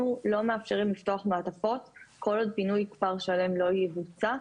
אנחנו לא מאפשרים לפתוח את המעטפות כל עוד פינוי כפר שלם לא יבוצע,